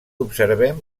observem